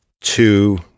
two